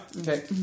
Okay